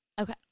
Okay